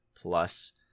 plus